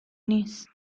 نیست